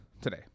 today